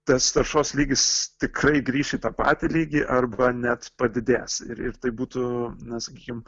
tas taršos lygis tikrai grįš į tą patį lygį arba net padidės ir ir tai būtų na sakykim